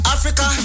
Africa